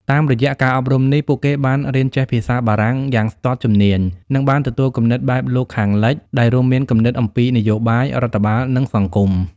តាមរយៈការអប់រំនេះ ពួកគេបានរៀនចេះភាសាបារាំងយ៉ាងស្ទាត់ជំនាញ និងបានទទួលគំនិតបែបលោកខាងលិច ដែលរួមមានគំនិតអំពីនយោបាយ រដ្ឋបាល និងសង្គម។